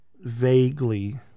Vaguely